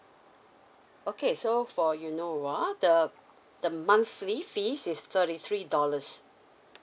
okay so for innova the the monthly fees is thirty three dollars